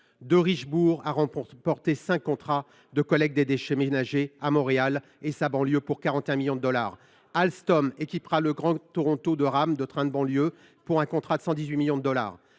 Derichebourg a remporté cinq contrats de collecte des déchets ménagers à Montréal et sa banlieue pour 41 millions de dollars. Alstom équipera le Grand Toronto de rames de trains de banlieue pour un contrat de 118 millions de dollars.